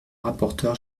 rapporteur